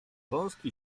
wąski